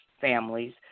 families